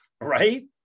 Right